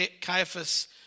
Caiaphas